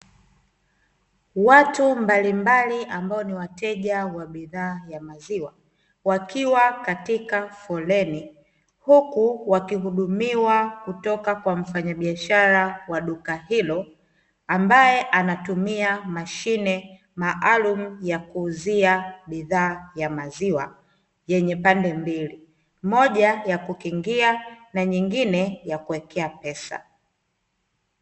Watu mbalimbali ambao ni wateja wa bidhaa ya maziwa wakiwa katika foleni huku wakihudumiwa kutoka kwa mfanyabiashara wa duka hilo, ambaye anatumia mashine maalumu ya kuuzia bidhaa ya maziwa, yenye pande mbili moja ya kukingia na nyingine ya kuwekea pesa.